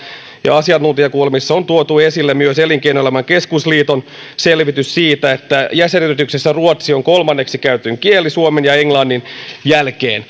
ja asiantuntijakuulemisissa on tuotu esille myös elinkeinoelämän keskusliiton selvitys siitä että jäsenyrityksissä ruotsi on kolmanneksi käytetyin kieli suomen ja englannin jälkeen